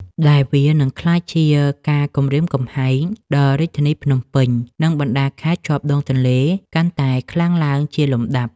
ដែលវានឹងក្លាយជាការគំរាមកំហែងដល់រាជធានីភ្នំពេញ និងបណ្តាខេត្តជាប់ដងទន្លេកាន់តែខ្លាំងឡើងជាលំដាប់។